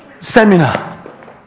seminar